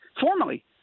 formally